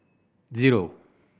zero